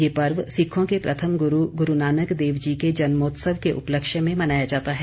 यह पर्व सिक्खों के प्रथम गुरु गुरुनानक देव जी के जन्मोत्सव के उपलक्ष में मनाया जाता है